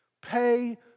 Pay